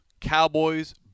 Cowboys